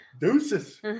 Deuces